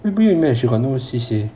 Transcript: she go uni she got no C_C_A